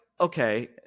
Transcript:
Okay